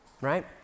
Right